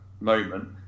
moment